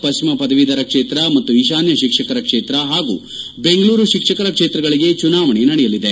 ಪಶ್ಚಿಮ ಪದವೀಧರ ಕ್ಷೇತ್ರ ಮತ್ತು ಈಶಾನ್ಯ ಶಿಕ್ಷಕರ ಕ್ಷೇತ್ರ ಹಾಗೂ ಬೆಂಗಳೂರು ಶಿಕ್ಷಕರ ಕ್ಷೇತ್ರಗಳಿಗೆ ಚುನಾವಣೆ ನಡೆಯಲಿದೆ